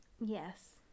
Yes